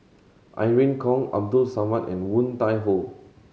Irene Khong Abdul Samad and Woon Tai Ho